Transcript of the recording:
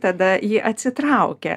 tada ji atsitraukia